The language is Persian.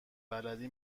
بلدی